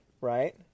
right